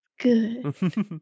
Good